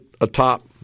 atop